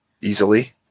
easily